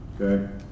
Okay